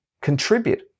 contribute